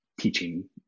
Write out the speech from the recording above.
teaching